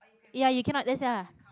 ya you cannot just ya